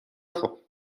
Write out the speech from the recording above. خوب